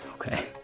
Okay